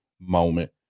moment